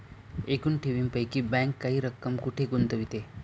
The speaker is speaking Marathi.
एकूण ठेवींपैकी बँक काही रक्कम कुठे गुंतविते?